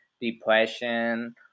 depression